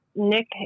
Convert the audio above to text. Nick